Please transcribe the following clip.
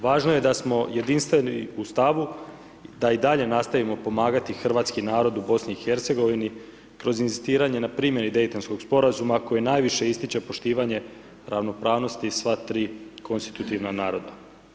Važno je da smo jedinstveni u stavu, da i dalje nastavimo pomagati hrvatski narod u BiH kroz inzistiranje na primjeni Daytonskog sporazuma koji najviše ističe poštivanje ravnopravnosti sva tri konstitutivna naroda.